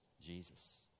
Jesus